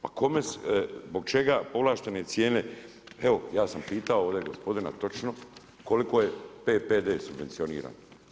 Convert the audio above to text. Pa kome, zbog čega povlaštene cijene, evo ja sam pitao ovdje gospodina točno koliko je PPD subvencioniran.